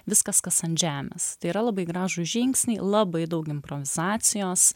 viskas kas ant žemės tai yra labai gražūs žingsniai labai daug improvizacijos